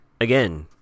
Again